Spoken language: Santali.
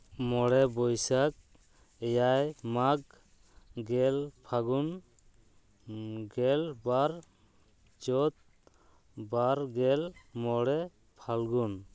ᱢᱚᱬᱮ ᱵᱟᱭᱥᱟᱹᱠᱷ ᱮᱭᱟᱭ ᱢᱟᱜᱽ ᱜᱮᱞ ᱯᱷᱟᱹᱜᱩᱱ ᱜᱮᱞᱵᱟᱨ ᱪᱟᱹᱛ ᱵᱟᱨᱜᱮᱞ ᱢᱚᱬᱮ ᱯᱷᱟᱞᱜᱩᱱ